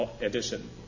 edition